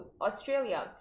australia